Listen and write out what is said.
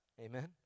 Amen